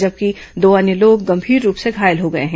जबकि दो अन्य लोग गंभीर रूप से घायल हो गए हैं